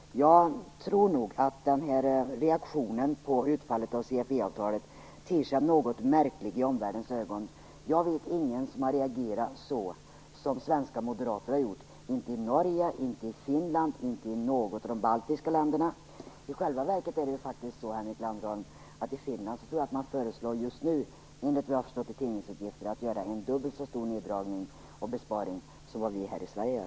Jag tror att reaktionen på utfallet av CFE-avtalet ter sig något märklig i omvärldens ögon. Jag vet ingen som har reagerat så som svenska moderater har gjort - vare sig i Norge, Finland eller i något av de baltiska länderna. I själva verket är det så, Henrik Landerholm, att i Finland föreslår man just nu en dubbelt så stor neddragning och besparing som vi här i Sverige har gjort, enligt vad jag har förstått av tidningsuppgifter.